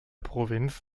provinz